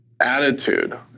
attitude